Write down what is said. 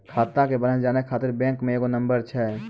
खाता के बैलेंस जानै ख़ातिर बैंक मे एगो नंबर छै?